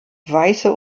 weiße